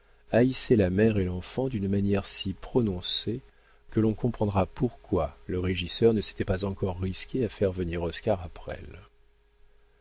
haïssait la mère et l'enfant d'une manière si prononcée que l'on comprendra pourquoi le régisseur ne s'était pas encore risqué à faire venir oscar à